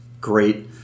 great